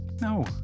no